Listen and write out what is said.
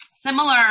similar